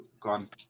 gone